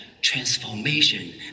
transformation